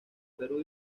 perú